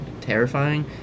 terrifying